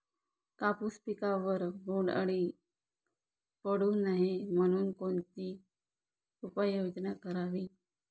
कापूस पिकावर बोंडअळी पडू नये म्हणून कोणती उपाययोजना करावी?